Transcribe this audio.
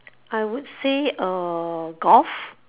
I would say uh golf